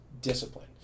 discipline